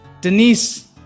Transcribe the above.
Denise